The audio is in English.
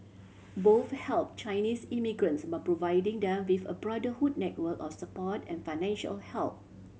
both help Chinese immigrants by providing them with a brotherhood network of support and financial help